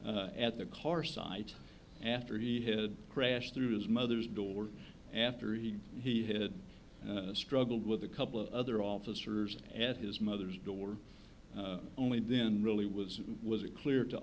least at the car site after he had crashed through his mother's door after he he had struggled with a couple of other officers at his mother's door only then really was was it clear to